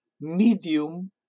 medium